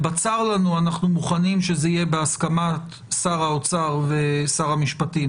בצר לנו אנחנו מוכנים שזה יהיה בהסכמת שר האוצר ושר המשפטים,